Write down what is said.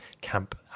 camp